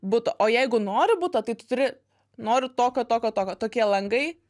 buto o jeigu nori būt o tai turi noriu tokio tokio tokie langai